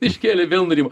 iškėlė vėl norimo